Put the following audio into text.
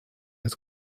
des